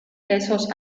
esos